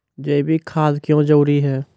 जैविक खाद क्यो जरूरी हैं?